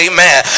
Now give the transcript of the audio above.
Amen